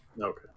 Okay